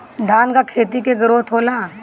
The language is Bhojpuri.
धान का खेती के ग्रोथ होला?